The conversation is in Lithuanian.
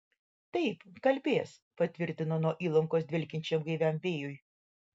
taip kalbės patvirtino nuo įlankos dvelkiančiam gaiviam vėjui